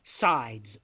sides